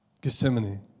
Gethsemane